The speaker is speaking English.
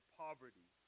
poverty